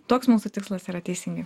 toks mūsų tikslas yra teisingai